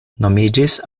nomiĝis